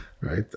right